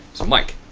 so mike,